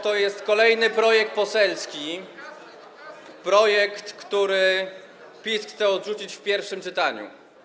To jest kolejny projekt poselski, który PiS chce odrzucić w pierwszym czytaniu.